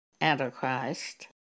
Antichrist